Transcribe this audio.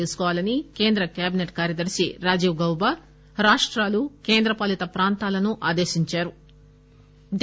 తీసుకోవాలని కేంద్ర క్యాబినెట్ కార్యదర్ని రాజీవ్ గౌబా రాష్టాలు కేంద్ర పాలిత ప్రాంతాలను ఆదేశించారు